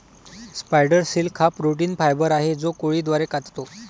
spider silk हा protein fibre आहे जो कोळी द्वारे काततो